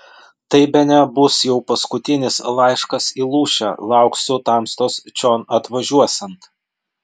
tai bene bus jau paskutinis laiškas į lūšę lauksiu tamstos čion atvažiuosiant